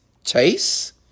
Chase